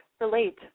Relate